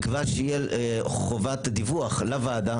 חובת דיווח לוועדה.